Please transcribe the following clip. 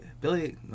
Billy